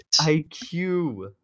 IQ